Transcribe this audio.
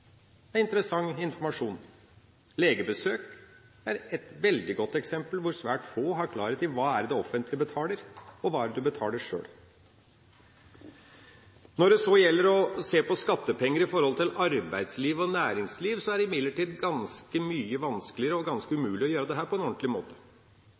Det er interessant informasjon. Legebesøk er et veldig godt eksempel, der svært få har klarhet i hva det offentlige betaler, og hva en sjøl betaler. Når det så gjelder å se på skattepenger i forhold til arbeidsliv og næringsliv, er det imidlertid ganske mye vanskeligere og